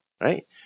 right